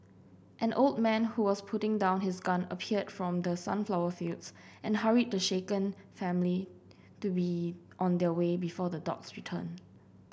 an old man who was putting down his gun appeared from the sunflower fields and hurried the shaken family to be on their way before the dogs return